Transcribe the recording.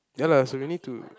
ya lah so we need to